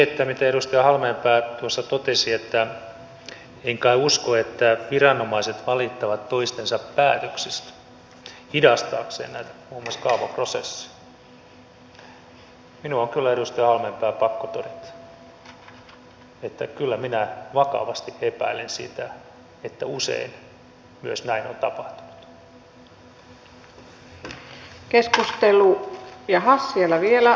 siihen mitä edustaja halmeenpää tuossa totesi että en kai usko että viranomaiset valittavat toistensa päätöksistä hidastaakseen muun muassa näitä kaavaprosesseja minun on kyllä edustaja halmeenpää pakko todeta että kyllä minä vakavasti epäilen sitä että usein myös näin on tapahtunut